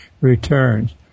returns